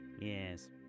Yes